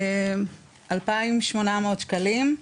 2,800 שקלים.